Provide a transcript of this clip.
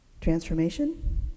Transformation